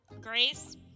Grace